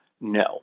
no